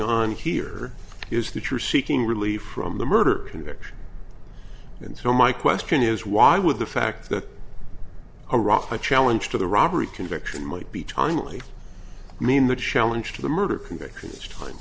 on here is that you're seeking relief from the murder conviction and so my question is why would the fact that a rocket challenge to the robbery conviction might be time only mean the challenge to the murder convictions time